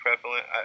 prevalent